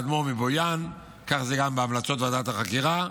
האדמו"ר מבויאן, כך זה גם בהמלצות ועדת החקירה.